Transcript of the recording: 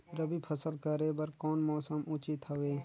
रबी फसल करे बर कोन मौसम उचित हवे?